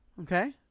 okay